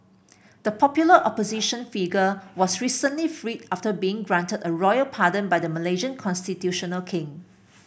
the popular opposition figure was recently freed after being granted a royal pardon by the Malaysian constitutional king